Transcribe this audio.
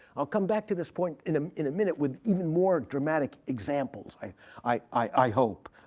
i'll come back to this point in um in a minute with even more dramatic examples, i i hope.